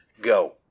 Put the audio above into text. Go